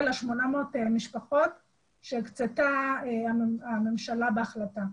ל-800 משפחות שהקצתה הממשלה בהחלטה.